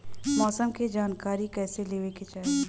मौसम के जानकारी कईसे लेवे के चाही?